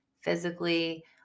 physically